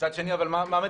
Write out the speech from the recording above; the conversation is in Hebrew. מצד שני מה מצפים?